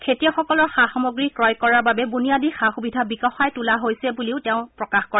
খেতিয়কসকলৰ সা সামগ্ৰী ক্ৰয় কৰাৰ বাবে বুনিয়াদী সা সুবিধা বিকশাই তোলা হৈছে বুলিও প্ৰধানমন্ত্ৰীয়ে প্ৰকাশ কৰে